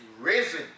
risen